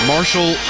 Marshall